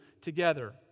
together